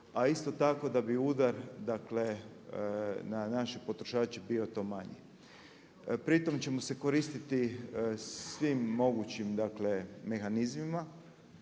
a isto tako da bi udar, dakle na naše potrošače bio to manji. Pri tome ćemo se koristiti svim mogućim dakle mehanizmima,